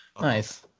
Nice